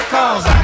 Cause